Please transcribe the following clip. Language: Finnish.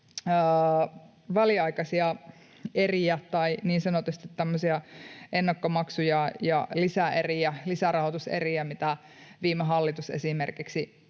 väliaikaisia eriä tai tämmöisiä niin sanotusti ennakkomaksuja ja lisäeriä, lisärahoituseriä, mitä viime hallitus esimerkiksi